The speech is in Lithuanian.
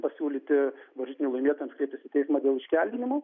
pasiūlyti varžytinių laimėtojams kreiptis į teismą dėl iškeldinimo